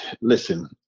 Listen